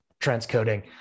transcoding